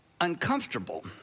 uncomfortable